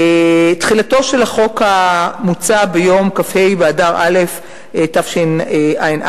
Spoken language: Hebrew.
תחילתו של החוק המוצע ביום כ"ה באדר א' תשע"א,